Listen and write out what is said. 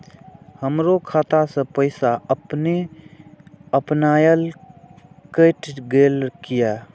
हमरो खाता से पैसा अपने अपनायल केट गेल किया?